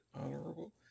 honorable